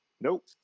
Nope